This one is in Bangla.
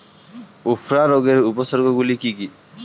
উফরা রোগের উপসর্গগুলি কি কি?